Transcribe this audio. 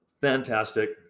fantastic